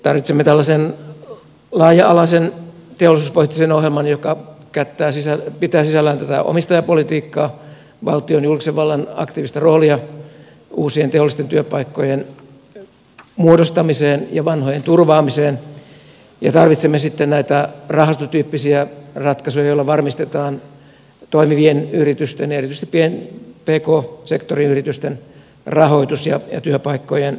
tarvitsemme tällaisen laaja alaisen teollisuuspoliittisen ohjelman joka pitää sisällään tätä omistajapolitiikkaa valtion julkisen vallan aktiivista roolia uusien teollisten työpaikkojen muodostamiseen ja vanhojen turvaamiseen ja tarvitsemme sitten näitä rahastotyyppisiä ratkaisuja joilla varmistetaan toimivien yritysten ja erityisesti pk sektorin yritysten rahoitus ja työpaikkojen lisääntyminen